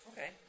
Okay